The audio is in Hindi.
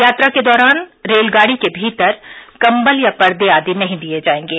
यात्रा के दौरान रेलगाड़ी के भीतर कंबल या पर्दे आदि नहीं दिये जाएगें